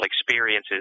experiences